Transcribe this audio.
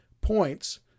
points